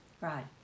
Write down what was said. Right